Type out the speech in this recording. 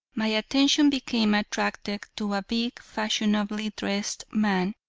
my attention became attracted to a big, fashionably dressed man,